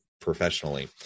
professionally